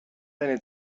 eine